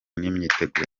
n’imyiteguro